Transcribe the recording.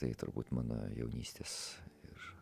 tai turbūt mano jaunystės ir